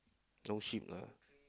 no ship lah